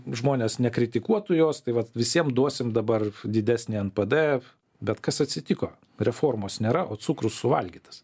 žmonės nekritikuotų jos tai vat visiem duosim dabar didesnį npd bet kas atsitiko reformos nėra o cukrus suvalgytas